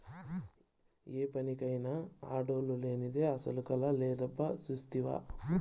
ఏ పనికైనా ఆడోల్లు లేనిదే అసల కళే లేదబ్బా సూస్తివా